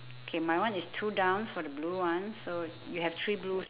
K my one is two down for the blue one so you have three blues